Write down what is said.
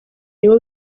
nibo